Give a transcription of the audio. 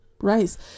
rice